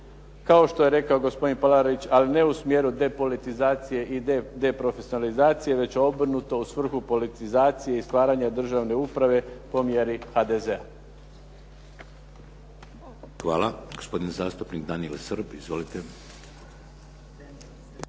kao što je rekao gospodin Palarić, ali ne u smjeru depolitizacije i deprofesionalizacije, već obrnuto, u svrhu politizacije i stvaranja državne uprave po mjeri HDZ-a. **Šeks, Vladimir (HDZ)** Hvala. Gospodin zastupnik Danijel Srb. Izvolite.